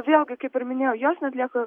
vėlgi kaip ir minėjau jos neatlieka